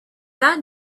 that